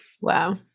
Wow